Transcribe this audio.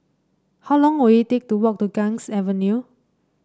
how long will it take to walk to Ganges Avenue